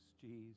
Jesus